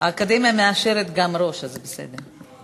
האקדמיה מאשרת גם "ראש", אז זה בסדר.